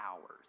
hours